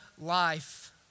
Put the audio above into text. life